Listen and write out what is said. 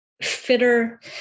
fitter